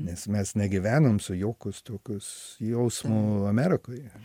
nes mes negyvenom su jokius tokius jausmu amerikoje